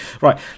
right